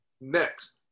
Next